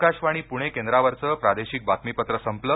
आकाशवाणी पूणे केंद्रावरचं प्रादेशिक बातमीपत्र संपलं